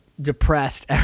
depressed